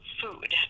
food